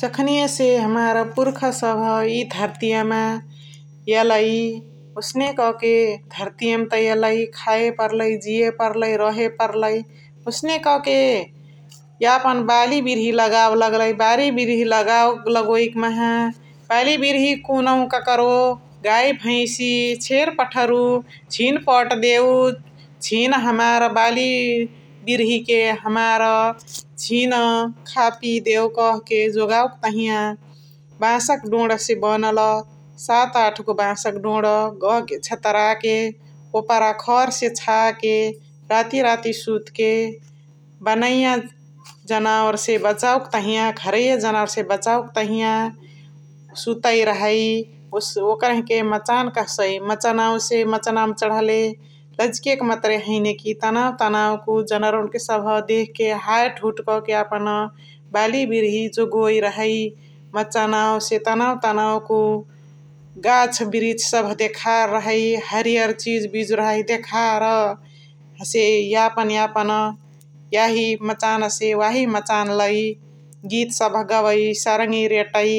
जखानइसे हमार पुर्खा सबह इ धर्तिया मा एलइ ओसने कके धर्तियमा त एलइ खाए पर्लाई, जिए पर्लाई, रहे पर्लाई । ओसने कके यापन बाली बिर्ही लगावे लगलाई । बाली बिर्ही लाग लगोइकी माहा बाली बिर्ही कुनुहु ककरो गाइ भैसी छेरी पठरु झिन पट देव । झिन हमार बाली बिर्ही के हमार झिन खापी देव कहके जोगावके तहिया बासके डोणसे बनल सात आठगो बासक डोणा छतराके ओपरा खर्हसे छाके । राती राती सुतके बनैया जनावरसे बचावके तहिया, घरैया जनावरसे बचावके तहिया सुतइ रहइ । ओकरहिके मचान कहसाइ । मचनावसे मचनावमा चण्हले लजिके क मत्रे हैने कि तनावक तनावकु जनावरअने देखके हात हुत कके यापन बाली बिर्ही जोगोइ रहइ । मचनावसे तनाउ तनाउ कु गाछ बिरिछ सबह देखार रहइ । हरियार चिजु बिजु रहइ देखार हसे यापन यापन याही माछाअनसे वाही माछाअन लइ गीत सबह गवइ । सरङी रेटइ